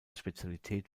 spezialität